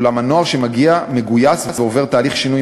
אולם הנוער שמגיע מגויס ועובר תהליך שינוי